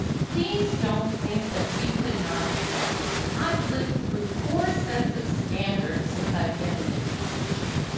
please don't think that we could not adjust. i've lived through four sets of standards since i've been in education.